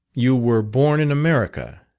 you were born in america,